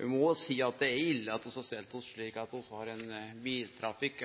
Eg må seie at det er ille at vi har stelt oss slik at utslepp frå biltrafikk,